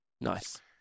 Nice